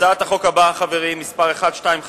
אנחנו עוברים להצעת החוק הבאה, שמספרה פ/1255,